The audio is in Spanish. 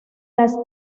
las